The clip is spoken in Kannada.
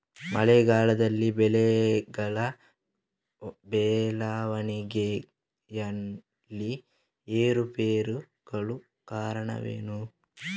ಮಳೆಗಾಲದಲ್ಲಿ ಬೆಳೆಗಳ ಬೆಳವಣಿಗೆಯಲ್ಲಿ ಏರುಪೇರಾಗಲು ಕಾರಣವೇನು?